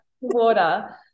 Water